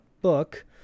book